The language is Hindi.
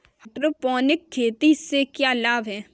हाइड्रोपोनिक खेती से क्या लाभ हैं?